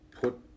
put